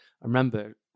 remember